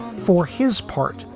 for his part,